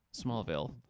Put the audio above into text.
Smallville